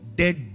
dead